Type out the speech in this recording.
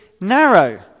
narrow